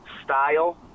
style